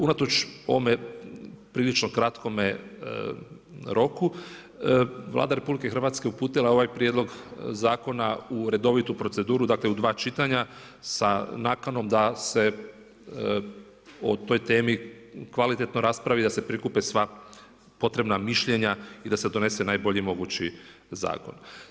Unatoč ovome prilično kratkome roku, Vlada RH uputila je ovaj prijedlog zakona u redovitu proceduru, dakle u dva čitanja sa nakanom da se o toj temi kvalitetno raspravi, da se prikupe sva potrebna mišljenja i da se donese najbolji mogući zakon.